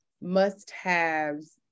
must-haves